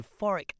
euphoric